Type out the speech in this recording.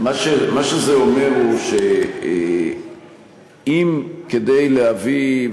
זה אומר שאם כדי להביא,